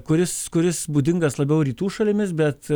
kuris kuris būdingas labiau rytų šalimis bet